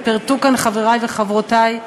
ופירטו כאן חברי וחברותי: